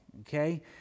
Okay